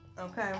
okay